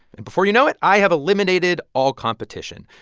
and before you know it, i have eliminated all competition.